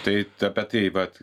tai apie tai vat